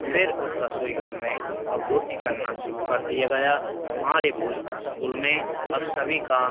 फिर उस रसोईघर में अब रोटी करना शुरू कर दिया गया तो हमारे भोज स्कूल में अब सभी काम